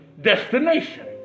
destination